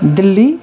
دلی